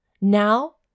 Now